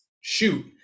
shoot